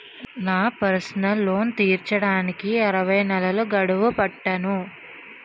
నా personal loan తీర్చడానికి అరవై నెలల గడువు పెట్టాను